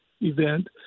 event